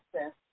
access